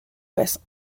bassin